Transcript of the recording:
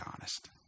honest